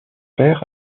père